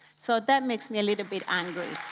so that makes me a little bit angry.